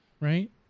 Right